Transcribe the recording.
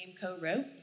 co-wrote